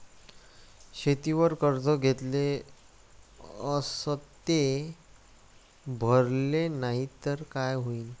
शेतीवर कर्ज घेतले अस ते भरले नाही तर काय होईन?